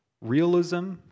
realism